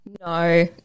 No